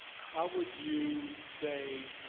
how would you say